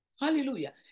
Hallelujah